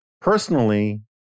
personally